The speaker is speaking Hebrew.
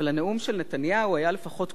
אלא שהנאום של נתניהו היה לפחות קוהרנטי.